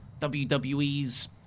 WWE's